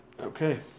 Okay